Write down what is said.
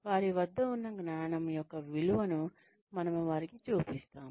వారి వద్ద ఉన్న జ్ఞానం యొక్క విలువను మనము వారికి చూపిస్తాము